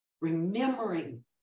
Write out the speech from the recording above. remembering